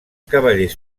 cavallers